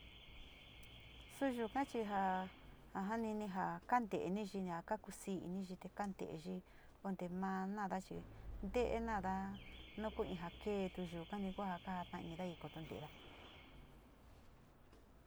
Suu yuka chi jaa janini kaante´eni yiña, kakusiiniyi, kante´eyi, ante maa nada chi, nte´enada, no ku in ja keetu yuka ni kuja kajatainida kotonte´eda.